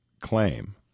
claim